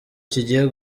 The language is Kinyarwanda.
kigiye